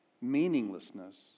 meaninglessness